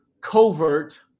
covert